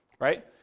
right